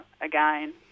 again